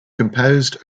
composed